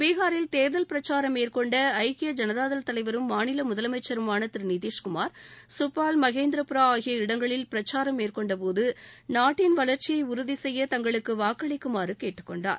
பீகாரில் தேர்தல் பிரக்சாரம் மேற்கொண்ட ஐக்கிய ஜனதாதள் தலைவரும் மாநில முதலமைச்சருமான திரு நிதிஷ் குமார் கப்பால் மகேந்திரபுரா ஆகிய இடங்களில் பிரச்சாரம் போது நாட்டின் வளர்ச்சியை உறுதிசெய்ய தங்களுக்கு வாக்களிக்குமாறு மேற்கொண்ட கேட்டுக் கொண்டார்